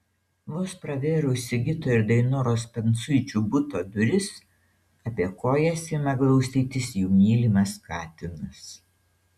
vos pravėrus sigito ir dainoros prancuičių buto duris apie kojas ima glaustytis jų mylimas katinas